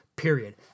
Period